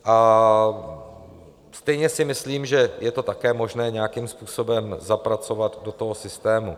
A stejně si myslím, že je to také možné nějakým způsobem zapracovat do toho systému.